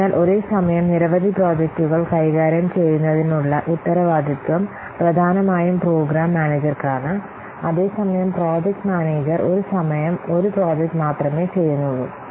അതിനാൽ ഒരേസമയം നിരവധി പ്രോജക്ടുകൾ കൈകാര്യം ചെയ്യുന്നതിനുള്ള ഉത്തരവാദിത്തം പ്രധാനമായും പ്രോഗ്രാം മാനേജർക്കാണ് അതേസമയം പ്രോജക്ട് മാനേജർ ഒരു സമയം ഒരു പ്രോജക്റ്റ് മാത്രമേ ചെയ്യുന്നുള്ളൂ